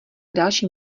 další